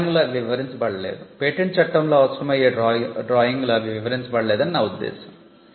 డ్రాయింగ్లో అవి వివరించబడలేదు పేటెంట్ చట్టంలో అవసరమయ్యే డ్రాయింగ్లో అవి వివరించబడలేదని నా ఉద్దేశ్యం